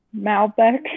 Malbec